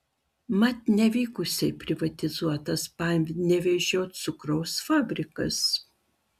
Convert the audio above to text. mat nevykusiai privatizuotas panevėžio cukraus fabrikas